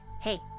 Hey